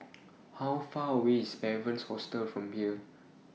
How Far away IS Evans Hostel from here